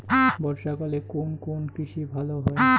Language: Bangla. বর্ষা কালে কোন কোন কৃষি ভালো হয়?